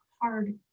hard